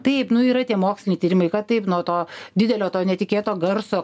taip nu yra tie moksliniai tyrimai kad taip nuo to didelio to netikėto garso